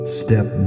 step